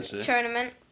tournament